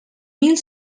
mil